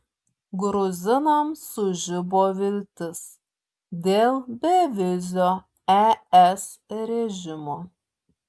gruzinams sužibo viltis dėl bevizio es režimo